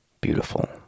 beautiful